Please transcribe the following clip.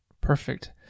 perfect